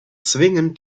zwingend